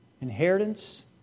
inheritance